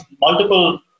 multiple